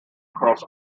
across